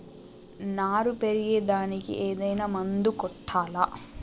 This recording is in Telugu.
నారు పెరిగే దానికి ఏదైనా మందు కొట్టాలా?